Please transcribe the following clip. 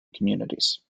communities